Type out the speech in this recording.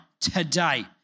today